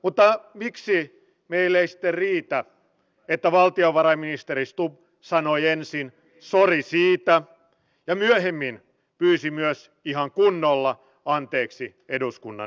utah miksi neljästä riittää että valtiovarainministeri stubb sanoi ensin sai haasteet poliisien tehtäväkentässä eivät ole vähentyneet pikemminkin päinvastoin